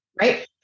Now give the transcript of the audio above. Right